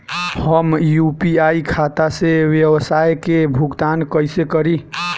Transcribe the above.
हम यू.पी.आई खाता से व्यावसाय के भुगतान कइसे करि?